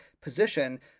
position